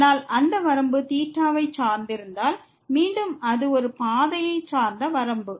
ஆனால் அந்த வரம்பு வை சார்ந்திருந்தால் மீண்டும் அது ஒரு பாதையை சார்ந்த வரம்பு